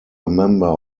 member